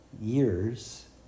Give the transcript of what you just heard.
years